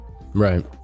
right